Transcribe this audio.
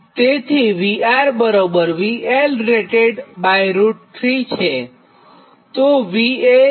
તેથી VR VL rated 3 છે તો V એ રેટેડ લાઇન વોલ્ટેજ છે